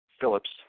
Phillips